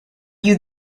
you